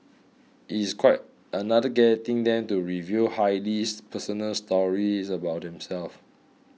it's quite another getting them to reveal highly personal stories about themselves